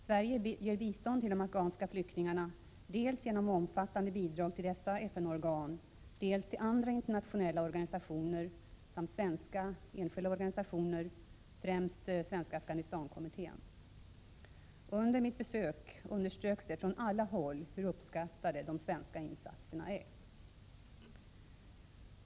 Sverige ger bistånd till de afghanska flyktingarna, dels genom omfattande bidrag till dessa FN-organ, dels till andra internationella organisationer samt svenska enskilda organisationer, främst Svenska Afghanistankommittén. Under mitt besök underströks det från alla håll hur uppskattade de svenska insatserna är.